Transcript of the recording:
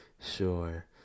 Sure